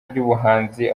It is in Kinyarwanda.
ry’ubuhanzi